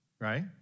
right